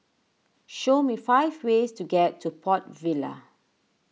show me five ways to get to Port Vila